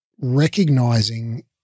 recognizing